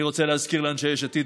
אני רוצה להזכיר לאנשי יש עתיד,